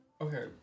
Okay